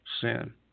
sin